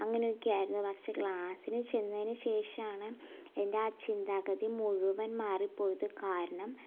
അങ്ങനെയൊക്കെയായിരുന്നു പക്ഷേ ക്ലാസിനു ചെന്നതിന് ശേഷമാണ് എൻറ്റാ ചിന്താഗതി മുഴുവൻ മാറിപ്പോയത് കാരണം